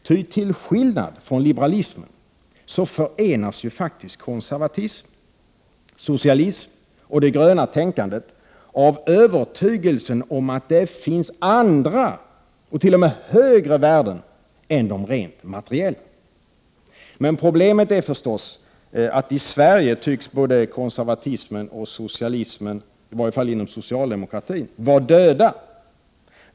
Ty till skillnad från liberalismen förenas faktiskt konservatism, socialism och det gröna tänkandet av övertygelsen om att det finns andra och t.o.m. högre värden än de rent materiella. Problemet för Sverige är förstås att här tycks både konservatismen och socialismen — i varje fall inom socialdemokratin — vara döda.